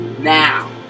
Now